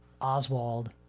Oswald